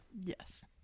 Yes